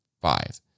five